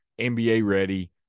NBA-ready